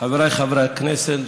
חבריי חברי הכנסת,